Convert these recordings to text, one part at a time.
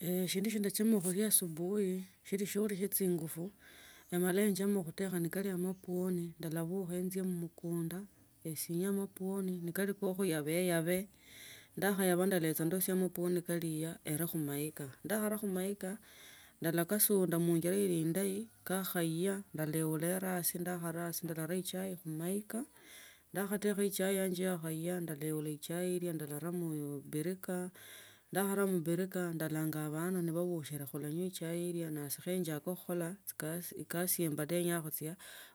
Ishindu shia ndachama khulia asubuhi shilicho chingufu emala enjama khutokha kali amapwoni ndalabukha enje mumukinda esinye amapwoni nikalicho khuyabele yabule ndachayaba ndecha ndesia amaponi kali nga era khumaika ndakhara khumaika ndalakusunda khunjila ili indayi kakhaiya ndavilila ndeasi ndakharasi ndara echai khumaika ndakhatekha echai yanje yakhaiya ndeula echai ilya ndarala mu birika ndakharaa mu birika ndalanga bana nibabushine banywe chai iilya basi khe njake khukhola ekasi ye ndaba nenya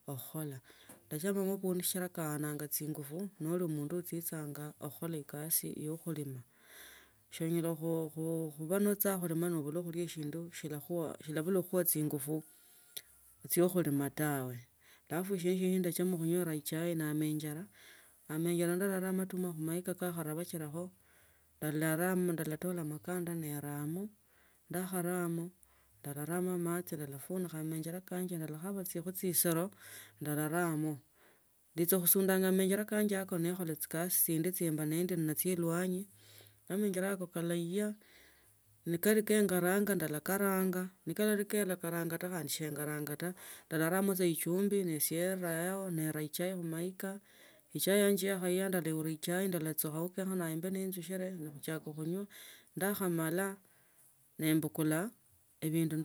ukhukhola ndachaka khuba omushirika enga shingufu noli omundu ochichanga okhukhola ekasi yakhulima sonyala khubanocha khulima nobule khulia shindu shilabula khulhuwo chingufu chio khulima tawe alafu shi ndayanza khurumishila ninywa echai noli ne injala nfana amatuma khumaika kambachilacho embolela abana balatolakho amatuma neramo ndakharamo ndaranamo machi kho amanjeke kanje ndakhaba chikwi chisiro ndaranamo buntswa khushindanga mu maonjele kanje nikhola chikasi chindi chiemba mu lwanyi amaenjele yakokalaiya ni kali be ngaranga ndakarangio ne kali kaa ngala khukaranga kata khandi. Shikhuranga ndalaramo sa ichumbi eshioba yao nerao echai khumalika echai yanje nekhaiya ndauliula chai ndachukha kenyachana njakhe ndumishire ne enjaka khunywa ndakhamala nembukula ebindu ndosia.